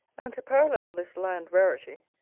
and to parallel this land-rarity,